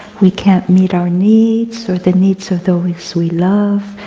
we can't meet our needs or the needs of those we love,